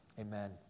Amen